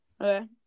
okay